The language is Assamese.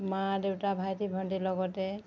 মা দেউতা ভাইটি ভণ্টিৰ লগতে